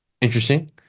interesting